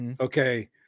okay